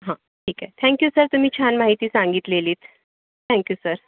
हं ठीक आहे थँक यू सर तुम्ही छान माहिती सांगितलेलीत थँक यू सर